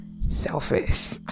selfish